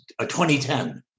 2010